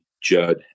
Judd